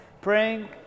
praying